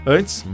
Antes